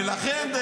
ולכן,